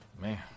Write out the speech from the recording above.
Man